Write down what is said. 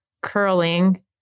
curling